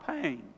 pain